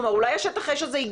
אולי השטח אש הזה,